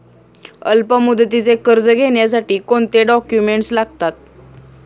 अल्पमुदतीचे कर्ज घेण्यासाठी कोणते डॉक्युमेंट्स लागतात?